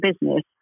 business